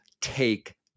take